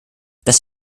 das